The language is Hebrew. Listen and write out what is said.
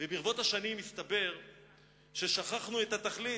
וברבות השנים הסתבר ששכחנו את התכלית,